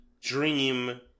dream